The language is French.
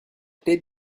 clé